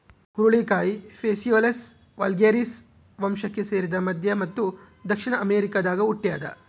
ಹುರುಳಿಕಾಯಿ phaseolus vulgaris ವಂಶಕ್ಕೆ ಸೇರಿದ ಮಧ್ಯ ಮತ್ತು ದಕ್ಷಿಣ ಅಮೆರಿಕಾದಾಗ ಹುಟ್ಯಾದ